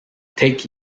take